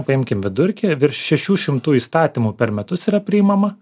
paimkim vidurkį virš šešių šimtų įstatymų per metus yra priimama